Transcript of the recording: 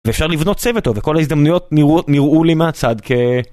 ואפשר לבנות צוות עוד, וכל ההזדמנויות נראו לי מהצד כ...